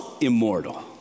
immortal